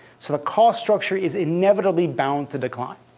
so the cost structure is inevitably bound to decline.